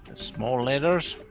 small letters